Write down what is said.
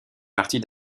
partie